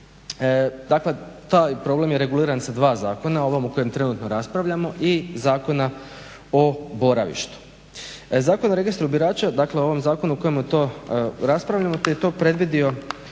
Dakle taj problem jer reguliran sa dva zakona o ovom o kojem trenutno raspravljamo i Zakona o boravištu. Zakon o registru birača dakle ovom zakonu o kojemu raspravljamo da je to previdio